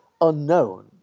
unknown